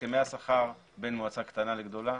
בהסכמי השכר בין מועצה קטנה לגדולה?